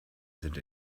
sind